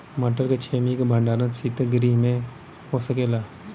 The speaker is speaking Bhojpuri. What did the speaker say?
मटर के छेमी के भंडारन सितगृह में हो सकेला?